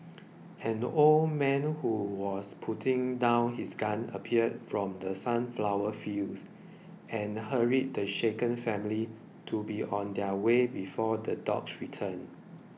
an old man who was putting down his gun appeared from the sunflower fields and hurried the shaken family to be on their way before the dogs return